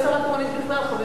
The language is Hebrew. אני לא השרה התורנית בכלל,